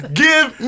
give